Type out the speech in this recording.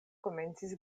komencis